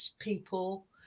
people